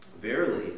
verily